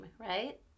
right